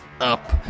up